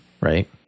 Right